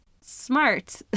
smart